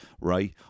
right